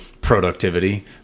productivity